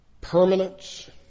Permanence